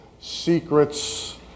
secrets